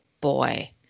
boy